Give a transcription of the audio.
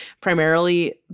Primarily